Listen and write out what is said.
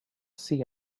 see